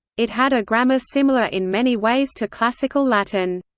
it had a grammar similar in many ways to classical latin.